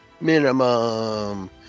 Minimum